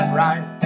right